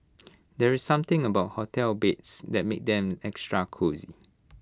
there's something about hotel beds that makes them extra cosy